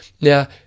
Now